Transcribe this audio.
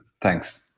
Thanks